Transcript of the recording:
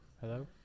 Hello